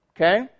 Okay